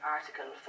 Article